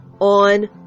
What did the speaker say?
on